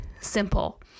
simple